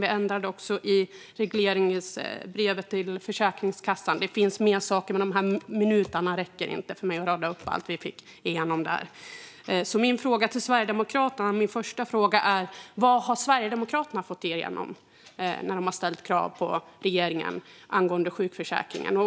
Vi ändrade också i regleringsbrevet till Försäkringskassan. Det finns fler saker, men de minuter jag har på mig räcker inte för att rada upp allt vi fick igenom. Min första fråga till Sverigedemokraterna är: Vad har Sverigedemokraterna fått igenom när de har ställt krav på regeringen angående sjukförsäkringen?